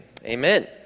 Amen